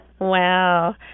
Wow